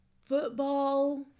football